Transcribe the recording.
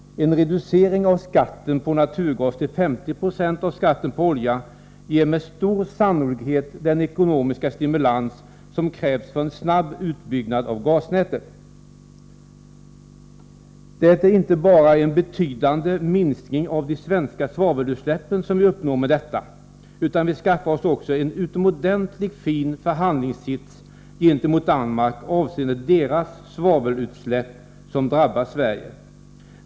En reducering av skatten på naturgas till 50 96 av skatten på olja ger med stor sannolikhet den ekonomiska stimulans som krävs för en snabb utbyggnad av gasnätet. Det är inte bara en betydande minskning av det svenska svavelutsläppet som vi uppnår med detta, utan vi skaffar oss också en utomordentligt fin förhandlingssits gentemot Danmark avseende danska svavelutsläpp som drabbar Sverige.